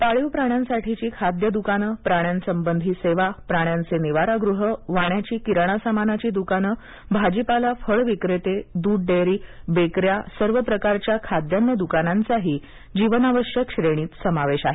पाळीव प्राण्यांसाठीची खाद्यद्कानं प्राण्यांसंबंधी सेवा प्राण्यांचे निवारागृह वाण्याची किराणा सामानाची दुकानं भाजीपाला फळविक्रेते दूधडेअरी बेकऱ्या सर्व प्रकारच्या खाद्यान्न दुकानांचाही जीवनावश्यक श्रेणीत समावेश आहे